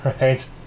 right